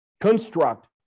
construct